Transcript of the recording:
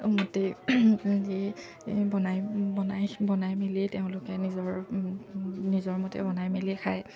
মতে যি বনাই বনাই বনাই মেলিয়ে তেওঁলোকে নিজৰ নিজৰ মতে বনাই মেলিয়ে খায়